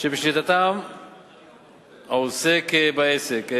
שבשליטתם העוסק בעסק".